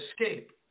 escape